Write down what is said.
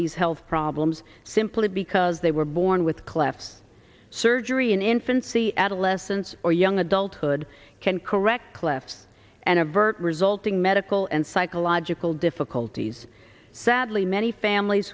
these health problems simply because they were born with cleft surgery in infancy adolescence or young adulthood can correct clefs and avert resulting medical and psychological difficulties sadly many families